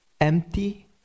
empty